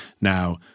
now